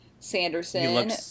Sanderson